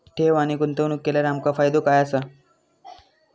ठेव आणि गुंतवणूक केल्यार आमका फायदो काय आसा?